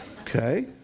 Okay